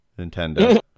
Nintendo